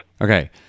Okay